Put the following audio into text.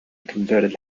converted